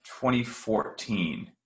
2014